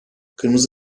kırmızı